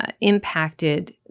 impacted